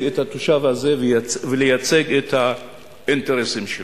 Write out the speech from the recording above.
את התושב הזה ולייצג את האינטרסים שלו.